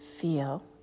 Feel